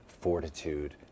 Fortitude